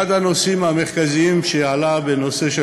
אחד הנושאים המרכזיים שעלה בנושא של